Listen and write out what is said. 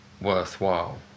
worthwhile